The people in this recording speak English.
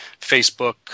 Facebook